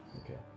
Okay